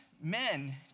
men